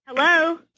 Hello